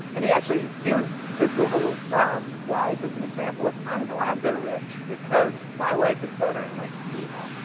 and he actually used the google guys as an example of i'm glad they're rich because my life is better and i see that.